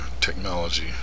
technology